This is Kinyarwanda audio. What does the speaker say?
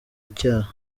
icyaha